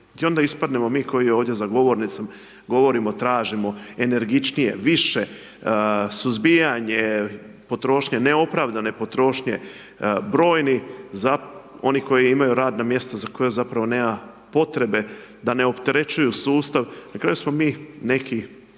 I onda ispadnemo mi ovdje koji za govornicom govorimo tržimo energičnije, više suzbijanje potrošnje, neopravdane potrošnje, brojni oni koji imaju radna mjesta za koja zapravo nema potrebe da ne opterećuju sustav, na kraju smo mi neki